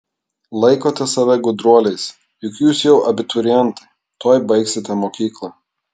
laikote save gudruoliais juk jūs jau abiturientai tuoj baigsite mokyklą